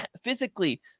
physically